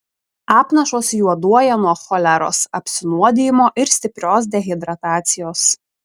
apnašos juoduoja nuo choleros apsinuodijimo ir stiprios dehidratacijos